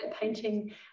painting